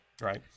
Right